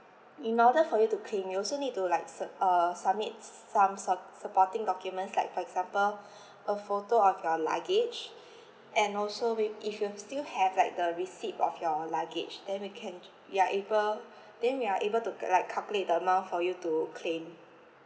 in order for you to claim you also need to like sub~ err submit s~ s~ some sup~ supporting documents like for example a photo of your luggage and also we if you still have like the receipt of your luggage then we can we are able then we are able to go like calculate the amount for you to claim